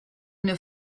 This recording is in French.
une